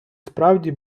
справді